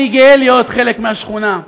אני גאה להיות חלק מהשכונה,